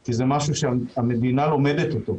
כי זה משהו שהמדינה לומדת אותו.